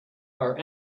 are